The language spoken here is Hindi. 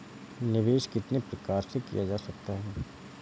निवेश कितनी प्रकार से किया जा सकता है?